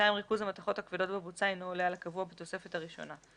ריכוז המתכות הכבדות בבוצה אינו עולה על הקבוע בתוספת הראשונה.